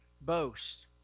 boast